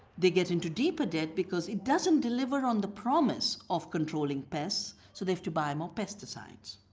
they get into deeper debt because it doesn't deliver on the promise of controlling pests, so they have to buy more pesticides.